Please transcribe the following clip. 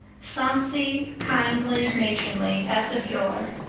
sonsy, kindly, matronly, as of yore.